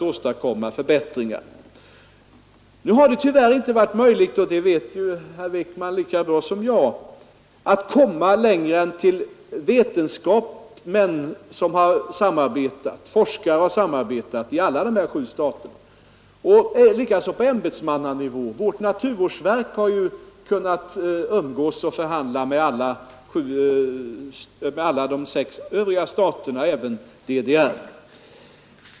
Hittills har det tyvärr inte varit möjligt — och det vet herr Wijkman lika väl som jag — att komma längre än att vetenskapsmän och forskare har samarbetat i alla sju staterna. Likaså har samarbete bedrivits på ämbetsmannanivå. Vårt naturvårdsverk har kunnat umgås och förhandla med alla de sex övriga staterna, även med DDR.